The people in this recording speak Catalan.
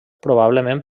probablement